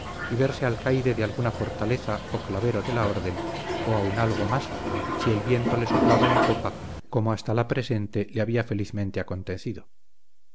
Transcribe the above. y verse alcaide de alguna fortaleza o clavero de la orden o aun algo más si el viento le soplaba en popa como hasta la presente le había felizmente acontecido